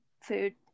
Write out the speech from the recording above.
food